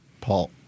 Paul